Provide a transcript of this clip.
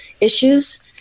issues